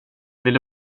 ville